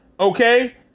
Okay